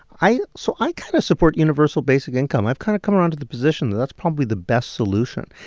i so i kind of support universal basic income. i've kind of come around to the position that that's probably the best solution.